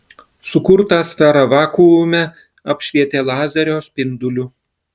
sukurtą sferą vakuume apšvietė lazerio spinduliu